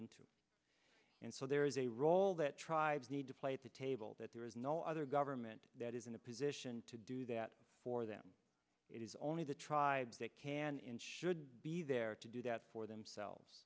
into and so there is a role that tribes need to play at the table that there is no other government that is in a position to do that for them it is only the tribes that can and should be there to do that for themselves